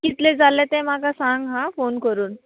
कितले जाले ते म्हाका सांग हा फोन करून